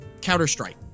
Counter-Strike